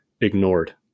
ignored